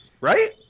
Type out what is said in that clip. right